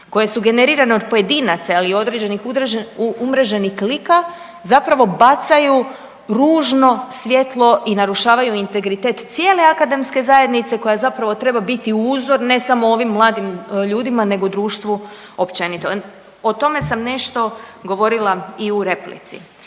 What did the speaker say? koje su generirane od pojedinaca ili od određenih umreženih klika zapravo bacaju ružno svjetlo i narušavaju integritet cijele akademske zajednice koja zapravo treba biti uzor, ne samo ovim mladim ljudima nego društvu općenito, o tome sam nešto govorila i u replici.